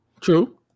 true